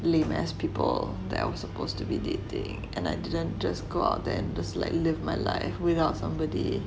lame ass people that I was supposed to be dating and I didn't just go out and just live my life without somebody